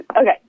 Okay